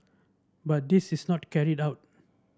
but this is not carried out